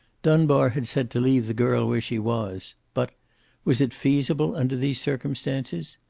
dunbar had said to leave the girl where she was. but was it feasible under these circumstances?